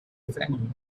venue